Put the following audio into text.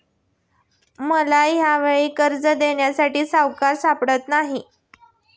मला यावेळी कर्ज देण्यासाठी सावकार सापडत नाही